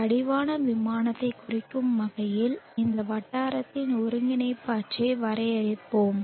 இந்த அடிவான விமானத்தைக் குறிக்கும் வகையில் இந்த வட்டாரத்தின் ஒருங்கிணைப்பு அச்சை வரையறுப்போம்